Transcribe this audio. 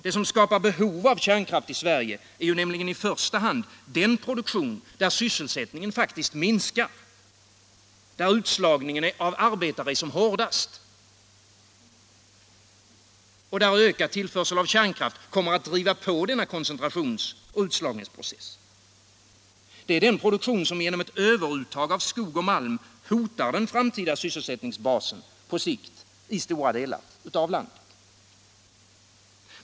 Det som skapar behov av kärnkraft i Sverige är ju i första hand den produktion där sysselsättningen faktiskt minskar, där utslagningen av arbetare är som hårdast och där ökad tillförsel av kärnkraft kommer att driva på denna koncentrationsoch utslagningsprocess. Det är den produktion som genom överuttag av skog och malm hotar den framtida sysselsättningsbasen på sikt i stora delar av landet.